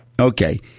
Okay